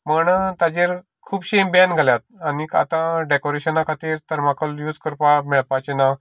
म्हण ताजेर खुबशी बेन केल्यात आनीक आतां डेकोरेशना खातीर थरमाकोल बी यूज करपाक मेळपाचें ना